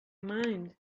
mind